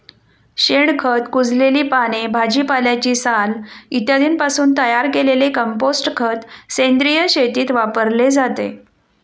शेणखत, कुजलेली पाने, भाजीपाल्याची साल इत्यादींपासून तयार केलेले कंपोस्ट खत सेंद्रिय शेतीत वापरले जाते